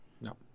No